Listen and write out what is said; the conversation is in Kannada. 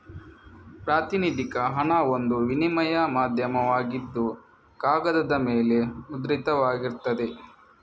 ಪ್ರಾತಿನಿಧಿಕ ಹಣ ಒಂದು ವಿನಿಮಯ ಮಾಧ್ಯಮವಾಗಿದ್ದು ಕಾಗದದ ಮೇಲೆ ಮುದ್ರಿತವಾಗಿರ್ತದೆ